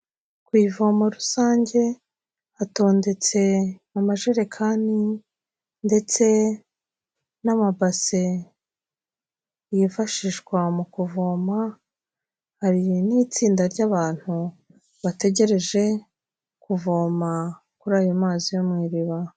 Ku ivomo rusange hatondetse amajerekani, ndetse n'amabase yifashishwa mu kuvoma, hari n'itsinda ry'abantu bategereje kuvoma kuri ayo mazi yo mu iriba.